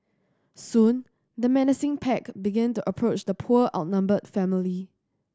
soon the menacing pack began to approach the poor outnumbered family